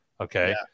okay